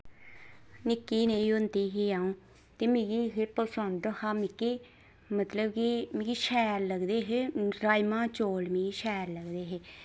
निक्की नेही होंदी ही अ'ऊं ते मिगी हे पसंद हा मिकी मतलब कि मिकी शैल लगदे हे राजमांह् चौल मी शैल लगदे हे